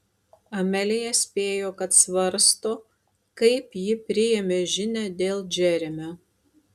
amelija spėjo kad svarsto kaip ji priėmė žinią dėl džeremio